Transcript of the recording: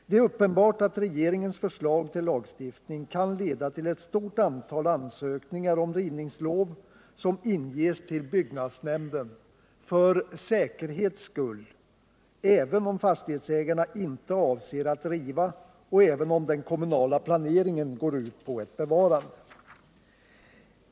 Det är uppenbart att regeringens förslag till lagstiftning kan leda till ett stort antal ansökningar om rivningslov, som inges till byggnadsnämnden ”för säkerhets skull”, även om fastighetsägarna inte avser att riva och även om den kommunala planeringen går ut på ett bevarande.